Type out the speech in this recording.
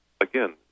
again